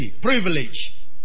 privilege